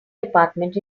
department